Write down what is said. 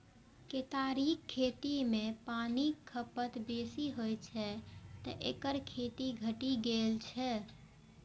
केतारीक खेती मे पानिक खपत बेसी होइ छै, तें एकर खेती घटि गेल छै